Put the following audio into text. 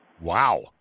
Wow